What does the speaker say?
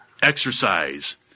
exercise